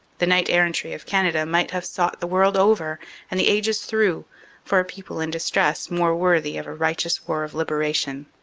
the knight errantry of canada might have sought the world over and the ages through for a people in distress more worthy of a righteous war of liberation.